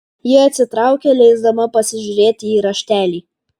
ji atsitraukė leisdama pasižiūrėti į raštelį